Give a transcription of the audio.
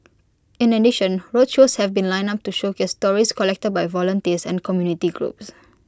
in addition roadshows have been lined up to showcase stories collected by volunteers and community groups